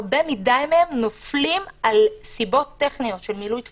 רבים מדי מהם נופלים על סיבות טכניות של מילוי טפסים,